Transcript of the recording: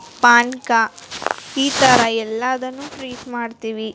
ಪಾನಕ ಈ ಥರ ಎಲ್ಲಾದನ್ನು ಟ್ರೀಟ್ ಮಾಡ್ತೀವಿ